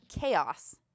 Chaos